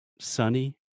sunny